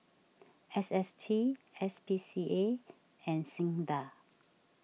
S S T S P C A and Sinda